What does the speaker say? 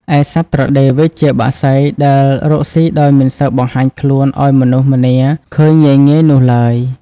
ឯសត្វត្រដេវវ៉ិចជាបក្សីដែលរកស៊ីដោយមិនសូវបង្ហាញខ្លួនឱ្យមនុស្សម្នាឃើញងាយៗនោះឡើយ។